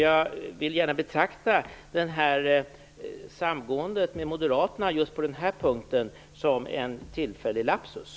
Jag vill gärna betrakta samgåendet med Moderaterna just på den här punkten som en tillfällig lapsus.